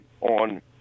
on